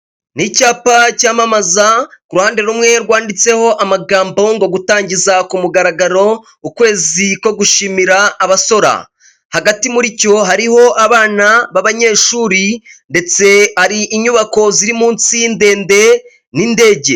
Ni icyapa cyamamaza, ku ruhande rumwe rwanditseho amagambo ngo gutangiza ku mugaragaro ukwezi ko gushimira abasora, hagati muri cyo hariho abana b'abanyeshuri ndetse hari inyubako ziri munsi ndende n'indege.